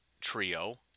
trio